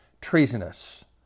treasonous